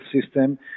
system